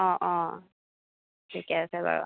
অঁ অঁ ঠিকে আছে বাৰু